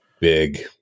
big